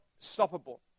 stoppable